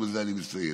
ובזה אני מסיים: